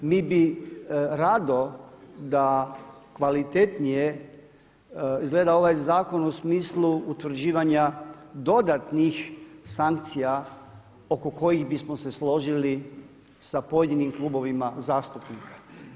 Mi bi rado da kvalitetnije izgleda ovaj zakon u smislu utvrđivanja dodatnih sankcija oko kojih bismo se složili sa pojedinim klubovima zastupnika.